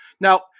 now